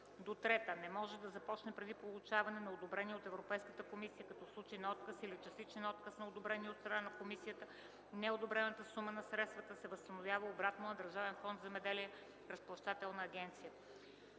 ал. 1-3 не може да започне преди получаване на одобрение от Европейската комисия, като в случай на отказ или частичен отказ на одобрение от страна на комисията, неодобрената сума на средствата се възстановява обратно на Държавен фонд „Земеделие” – Разплащателна агенция.